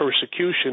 persecution